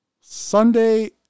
Sunday